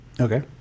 Okay